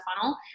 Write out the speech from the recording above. funnel